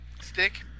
stick